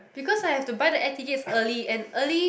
because I have to buy the air tickets early and early